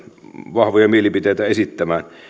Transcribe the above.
vahvoja mielipiteitä esittämään